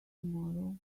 tomorrow